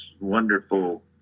wonderful